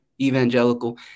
Evangelical